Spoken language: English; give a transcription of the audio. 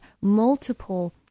multiple